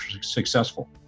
successful